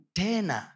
tena